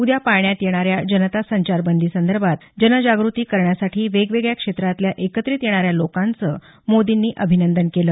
उद्या पाळण्यात येणाऱ्या जनता संचारबंदीसंदर्भात जनजाग्रती करण्यासाठी वेगवेगळ्या एकत्रित येणाऱ्या लोकांचं मोदींनी अभिनंदन केलं